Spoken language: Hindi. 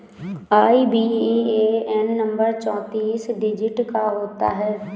आई.बी.ए.एन नंबर चौतीस डिजिट का होता है